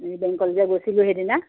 বেংকলৈ যে গৈছিলোঁ সেইদিনা